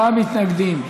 54 מתנגדים,